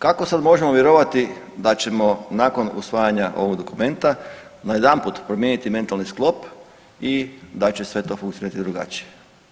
Kako sad možemo vjerovati da ćemo nakon usvajanja ovog dokumenta najedanput promijeniti mentalni sklop i da će sve to funkcionirati drugačije?